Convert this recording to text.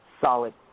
solid